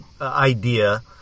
idea